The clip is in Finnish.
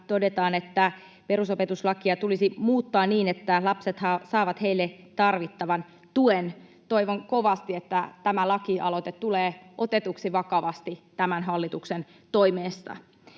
todetaan, että perusopetuslakia tulisi muuttaa niin, että lapset saavat heille tarvittavan tuen. Toivon kovasti, että tämä lakialoite tulee otetuksi vakavasti tämän hallituksen toimesta.